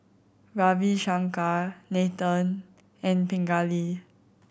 Ravi Shankar Nathan and Pingali